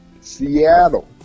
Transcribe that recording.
Seattle